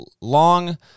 long